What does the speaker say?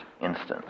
instance